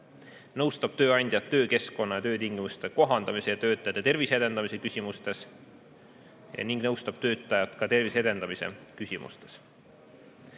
nõustab tööandjat töökeskkonna ja töötingimuste kohandamise ja töötajate tervise edendamise küsimustes ning nõustab ka töötajat tervise edendamise küsimustes.